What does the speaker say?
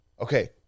Okay